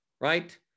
right